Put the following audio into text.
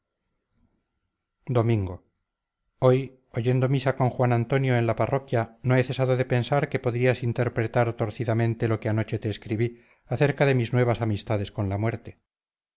domingo hoy oyendo misa con juan antonio en la parroquia no he cesado de pensar que podrías interpretar torcidamente lo que anoche te escribí acerca de mis nuevas amistades con la muerte